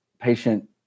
patient